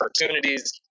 opportunities